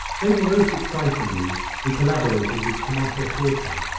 maybe most excitingly we collaborated with tamasha theatre,